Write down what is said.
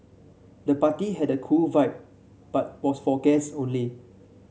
the party had a cool vibe but was for guest only